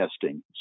testing